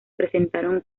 presentaron